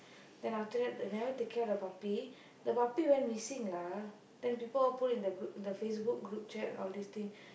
then after that they never take care of the puppy the puppy went missing lah then people all put it in the group the Facebook group chat all this things